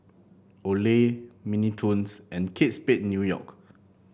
Olay Mini Toons and Kate Spade New York